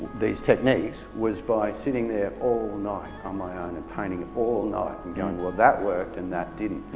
these techniques, was by sitting there all night on my own and painting all night, and going well that worked and that didn't.